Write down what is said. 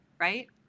right